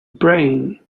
brain